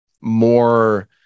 more